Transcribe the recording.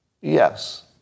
Yes